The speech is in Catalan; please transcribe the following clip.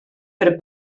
per